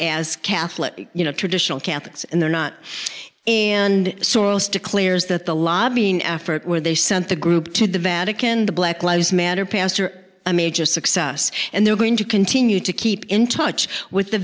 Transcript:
as catholic you know traditional catholics and they're not and soros declares that the lobbying effort where they sent the group to the vatican the black lives matter pastor a major success and they're going to continue to keep in touch with the